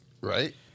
right